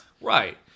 right